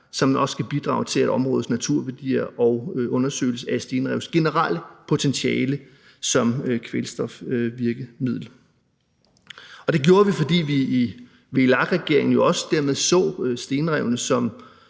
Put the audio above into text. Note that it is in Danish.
som også skal bidrage til områdets naturværdier og til en undersøgelse af stenrevenes generelle potentiale som kvælstofvirkemiddel. Det gjorde vi, fordi vi i VLAK-regeringen også dermed så stenrevene og